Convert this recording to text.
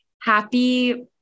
Happy